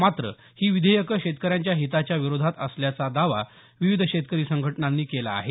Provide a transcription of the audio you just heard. मात्र ही विधेयकं शेतकऱ्यांच्या हिताच्या विरोधात असल्याचा दावा विविध शेतकरी संघटनांनी केला आहे